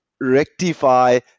rectify